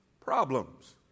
problems